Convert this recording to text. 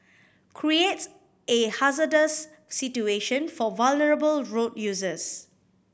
creates a hazardous situation for vulnerable road users